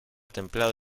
templado